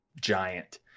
giant